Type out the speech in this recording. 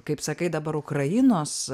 kaip sakai dabar ukrainos